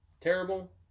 Terrible